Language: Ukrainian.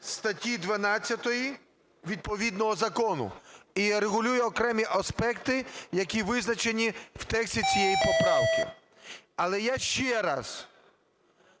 статті 12 відповідного закону, і регулює окремі аспекти, які визначені в тексті цієї поправки. Але я ще раз